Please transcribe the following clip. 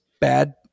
bad